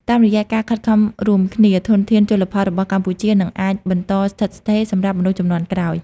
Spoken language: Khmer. តាមរយៈការខិតខំរួមគ្នា ធនធានជលផលរបស់កម្ពុជានឹងអាច បន្តស្ថិតស្ថេរ សម្រាប់មនុស្សជំនាន់ក្រោយ។